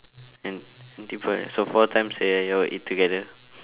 and deepa~ so four times that you all eat together